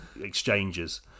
exchanges